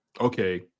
okay